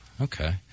Okay